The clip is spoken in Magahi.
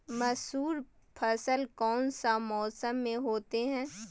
मसूर फसल कौन सा मौसम में होते हैं?